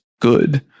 good